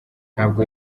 ntabwo